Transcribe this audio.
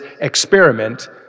experiment